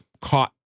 caught